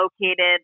located